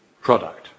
product